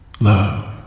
Love